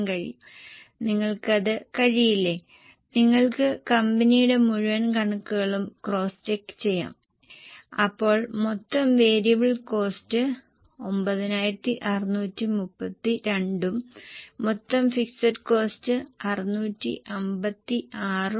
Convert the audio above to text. അതിനാൽ എനിക്ക് 5065 ലഭിക്കുന്നു തീർച്ചയായും നിങ്ങൾക്ക് ലഭിക്കുന്നുണ്ടോ എന്ന് പരിശോധിക്കുക അത് ബ്രേക്ക് അപ്പ് ചെയ്യാതെ തന്നെ നിങ്ങൾക്ക് ടോട്ടൽ കണക്കാക്കാൻ കഴിയും